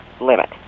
limit